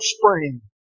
spring